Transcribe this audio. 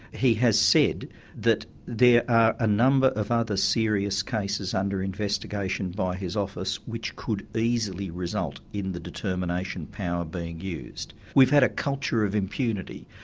he has said that there are a number of other serious cases under investigation by his office which could easily result in the determination power being used. we've had a culture of impunity,